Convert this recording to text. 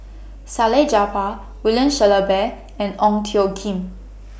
Salleh Japar William Shellabear and Ong Tjoe Kim